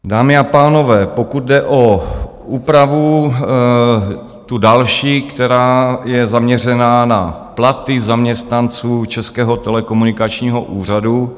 Dámy a pánové, pokud jde o úpravu, tu další, která je zaměřená na platy zaměstnanců Českého telekomunikačního úřadu.